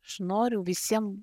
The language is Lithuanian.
aš noriu visiem